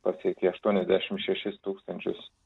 pasiekė aštuoniasdešim šešis tūkstančius